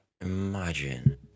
Imagine